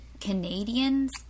canadians